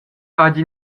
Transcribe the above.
hagi